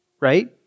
right